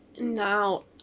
now